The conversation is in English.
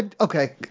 Okay